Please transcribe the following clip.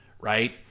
right